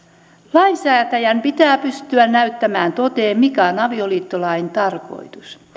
lainsäätäjän pitää pystyä näyttämään toteen mikä on avioliittolain tarkoitus